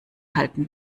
halten